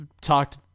talked